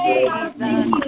Jesus